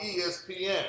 ESPN